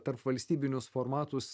tarpvalstybinius formatus